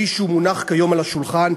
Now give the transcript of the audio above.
כפי שהוא מונח כיום על השולחן,